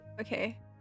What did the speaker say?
Okay